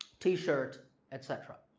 t-shirt etc.